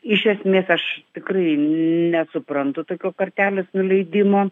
iš esmės aš tikrai nesuprantu tokio kartelės nuleidimo